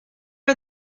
are